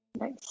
Nice